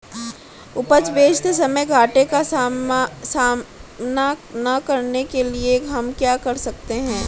उपज बेचते समय घाटे का सामना न करने के लिए हम क्या कर सकते हैं?